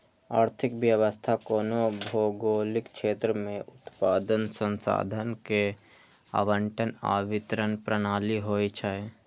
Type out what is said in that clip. आर्थिक व्यवस्था कोनो भौगोलिक क्षेत्र मे उत्पादन, संसाधन के आवंटन आ वितरण प्रणाली होइ छै